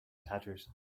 tatters